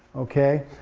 okay,